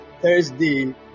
Thursday